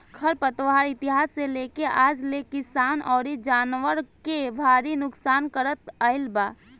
खर पतवार इतिहास से लेके आज ले किसान अउरी जानवर के भारी नुकसान करत आईल बा